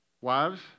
Wives